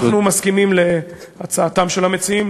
אנחנו מסכימים להצעתם של המציעים,